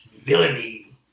villainy